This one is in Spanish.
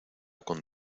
con